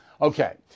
Okay